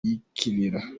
yikinira